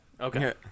Okay